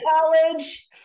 college